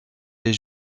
les